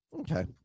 Okay